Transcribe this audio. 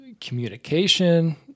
communication